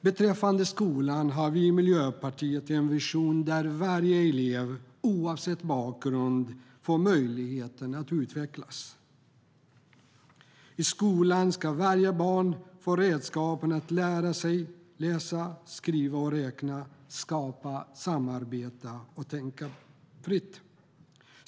Beträffande skolan har vi i Miljöpartiet en vision där varje elev, oavsett bakgrund, får möjligheten att utvecklas. I skolan ska varje barn få redskapen att lära sig läsa, skriva och räkna, skapa, samarbeta och tänka fritt.